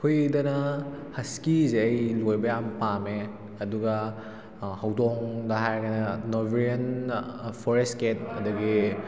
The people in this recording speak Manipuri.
ꯍꯨꯏꯗꯅ ꯍꯁꯀꯤꯁꯦ ꯑꯩ ꯂꯣꯏꯕ ꯌꯥꯝ ꯄꯥꯝꯃꯦ ꯑꯗꯨꯒ ꯍꯧꯗꯣꯡꯗ ꯍꯥꯏꯔꯒꯅ ꯅꯣꯕꯦꯔꯤꯌꯟ ꯐꯣꯔꯦꯁ ꯀꯦꯠ ꯑꯗꯒꯤ